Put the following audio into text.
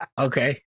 Okay